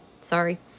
Sorry